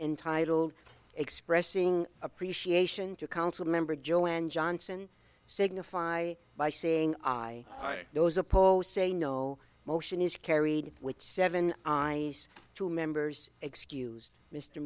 entitled expressing appreciation to council member joanne johnson signify by saying i write those opposed say no motion is carried with seven i two members excused mr